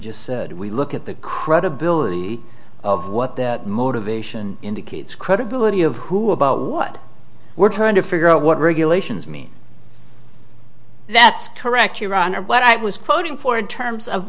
just said we look at the credibility of what the motivation indicates credibility of who about what we're trying to figure out what regulations mean that's correct your honor what i was quoting for in terms of